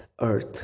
Earth